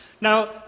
Now